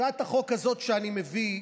הצעת החוק הזאת שאני מביא,